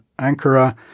Ankara